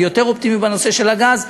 אני יותר אופטימי בנושא של הגז,